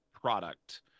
product